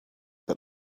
but